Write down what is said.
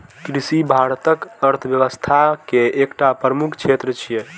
कृषि भारतक अर्थव्यवस्था के एकटा प्रमुख क्षेत्र छियै